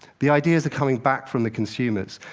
the ideas are coming back from the consumers,